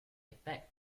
effect